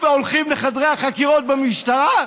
הולכים לחדרי החקירות במשטרה?